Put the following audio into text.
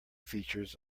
features